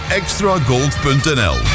extragold.nl